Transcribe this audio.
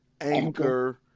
Anchor